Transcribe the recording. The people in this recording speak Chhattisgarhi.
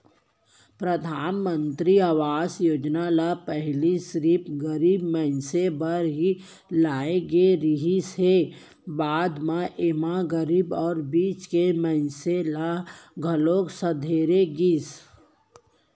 परधानमंतरी आवास योजना ल पहिली सिरिफ गरीब मनसे बर ही लाए गे रिहिस हे, बाद म एमा गरीब अउ बीच के मनसे मन ल घलोक संघेरे गिस